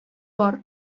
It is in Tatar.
бар